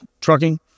trucking